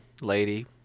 lady